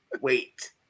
wait